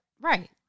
Right